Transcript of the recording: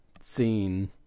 scene